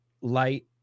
light